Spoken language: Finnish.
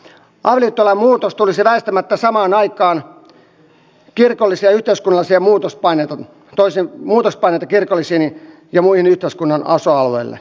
avioliittolain muutos tulisi väistämättä saamaan aikaan kirkollisia ja yhteiskunnallisia muutospaineita kertoi sen ja muihin yhteiskunnan osa alueille